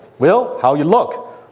well, how you look,